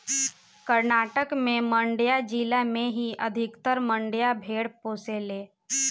कर्नाटक के मांड्या जिला में ही अधिकतर मंड्या भेड़ पोसाले